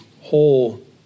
whole